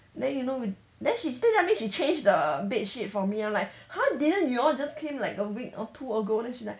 then you know then she still tell me she change the bed sheet for me then I'm like !huh! didn't you all just came like a week or two ago then she like